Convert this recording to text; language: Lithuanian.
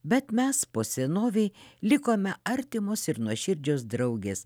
bet mes po senovei likome artimos ir nuoširdžios draugės